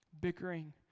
bickering